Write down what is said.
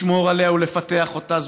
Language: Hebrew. לשמור עליה ולפתח אותה,